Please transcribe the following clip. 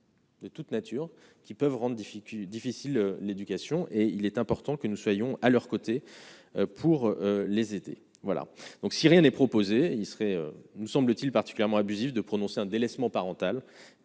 De toute nature qui peuvent rendent difficile, difficile, l'éducation et il est important que nous soyons à leurs côtés pour les aider, voilà donc si rien n'est proposé, il serait, nous semble-t-il particulièrement abusif de prononcer un délaissement parental